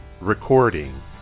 recording